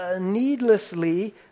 needlessly